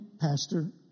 pastor